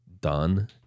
done